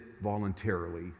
voluntarily